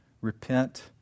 repent